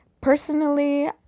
personally